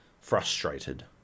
frustrated